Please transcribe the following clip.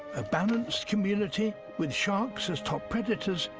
a balanced community, with sharks as top predators,